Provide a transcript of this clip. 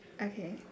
okay